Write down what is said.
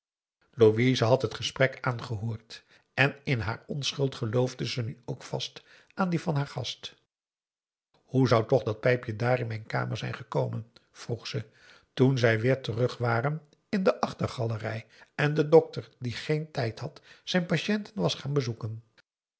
louise had t gesprek aangehoord en in haar onschuld geloofde ze nu ook vast aan die van haar gast hoe zou toch dat pijpje daar in mijn kamer zijn gekomen vroeg ze toen zij weer terug waren in de achtergalerij en de dokter die geen tijd had zijn patiënten was gaan bezoeken